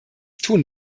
tun